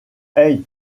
eight